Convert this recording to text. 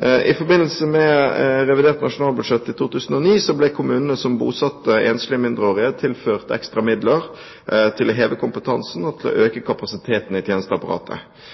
I forbindelse med revidert nasjonalbudsjett for 2009 ble kommunene som bosatte enslige mindreårige, tilført ekstra midler til å heve kompetansen og øke kapasiteten i tjenesteapparatet.